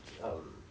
um